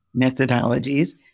methodologies